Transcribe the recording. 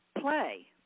play